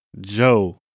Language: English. Joe